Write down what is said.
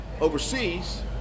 overseas